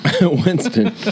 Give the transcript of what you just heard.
Winston